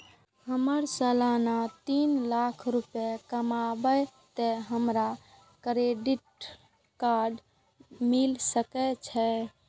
हमर सालाना तीन लाख रुपए कमाबे ते हमरा क्रेडिट कार्ड मिल सके छे?